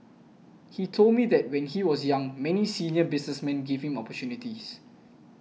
he told me that when he was young many senior businessmen gave him opportunities